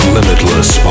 Limitless